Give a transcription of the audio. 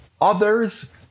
others